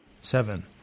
Seven